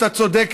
אתה צודק,